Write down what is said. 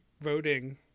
voting